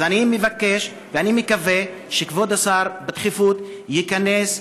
אז אני מבקש ומקווה שכבוד השר בדחיפות יכנס,